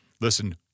Listen